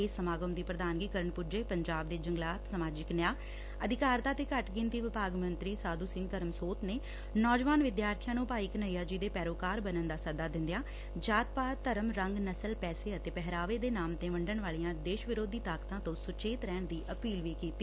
ਇਸ ਸਮਾਗਮ ਦੀ ਪ੍ਰਧਾਨਗੀ ਕਰਨ ਪੁੱਜੇ ਪੰਜਾਬ ਦੇ ਜੰਗਲਾਤ ਸਮਾਜਿਕ ਨਿਆਂ ਅਧਿਕਾਰਤਾ ਤੇ ਘੱਟ ਗਿਣਤੀ ਵਿਭਾਗ ਮੰਤਰੀ ਸਾਧੂ ਸਿੰਘ ਧਰਮਸੋਤ ਨੇ ਨੌਜਵਾਨ ਵਿਦਿਆਰਥੀਆਂ ਨੂੰ ਭਾਈ ਘਨੱਈਆ ਜੀ ਦੇ ਪੈਰੋਕਾਰ ਬਣਨ ਦਾ ਸੱਦਾ ਦਿੰਦਿਆਂ ਜਾਤ ਪਾਤ ਧਰਮ ਰੰਗ ਨਸਲ ਪੈਸੇ ਅਤੇ ਪਹਿਰਾਵੇ ਦੇ ਨਾਮ ਤੇ ਵੰਡਣ ਵਾਲੀਆਂ ਦੇਸ਼ ਵਿਰੋਧੀ ਤਾਕਤਾਂ ਤੋਂ ਸੁਚੇਤ ਰਹਿਣ ਦੀ ਅਪੀਲ ਕੀਤੀ